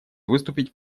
выступить